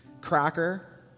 cracker